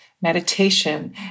meditation